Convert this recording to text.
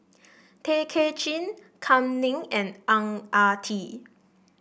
Tay Kay Chin Kam Ning and Ang Ah Tee